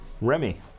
Remy